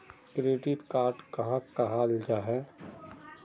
Credit card कहाक कहाल जाहा जाहा?